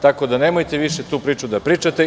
Tako da, nemojte više tu priču da pričate.